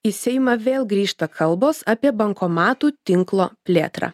į seimą vėl grįžta kalbos apie bankomatų tinklo plėtrą